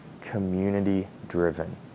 community-driven